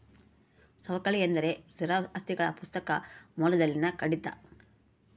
ಸವಕಳಿ ಎಂದರೆ ಸ್ಥಿರ ಆಸ್ತಿಗಳ ಪುಸ್ತಕ ಮೌಲ್ಯದಲ್ಲಿನ ಕಡಿತ